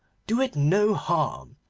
do it no harm.